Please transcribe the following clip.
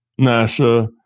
NASA